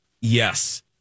Yes